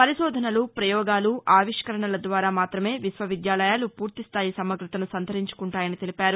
పరిశోధనలు పయోగాలు ఆవిష్కరణల ద్వారా మాతమే విశ్వవిద్యాలయాలు పూర్తిస్థాయి సమగ్రతను సంతరించుకుంటాయని తెలిపారు